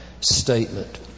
statement